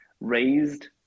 raised